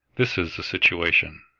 this is the situation.